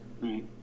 Right